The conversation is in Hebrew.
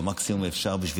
במקסימום שאפשר,